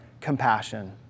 compassion